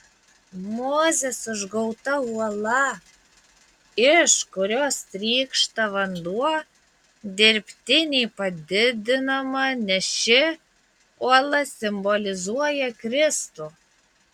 mozės užgauta uola iš kurios trykšta vanduo dirbtinai padidinama nes ši uola simbolizuoja kristų